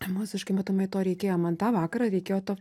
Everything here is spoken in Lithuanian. emociškai matomai to reikėjo man tą vakarą reikėjo to